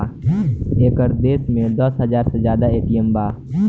एकर देश में दस हाजार से जादा ए.टी.एम बा